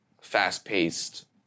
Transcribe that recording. fast-paced